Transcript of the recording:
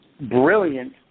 brilliant